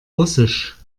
russisch